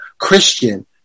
Christian